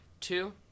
two